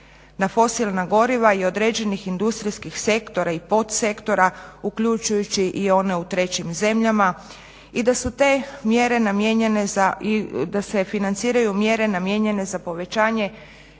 na fosilna goriva i određenih industrijskih sektora i podsektora uključujući i one u trećim zemljama i da su te mjere namijenjene i da se